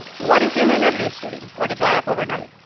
what if your main revenue stream were to dry up overnight?